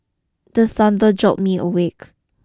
the thunder jolt me awake